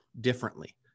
differently